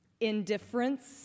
indifference